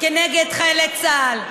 כנגד חיילי צה"ל.